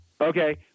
Okay